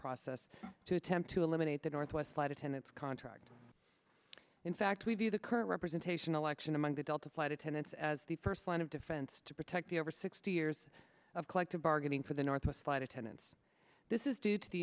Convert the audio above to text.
process to attempt to eliminate the northwest flight attendants contract in fact we view the current representation election among the delta flight attendants as the first line of defense to protect the over sixty years of collective bargaining for the northwest flight attendants this is due to the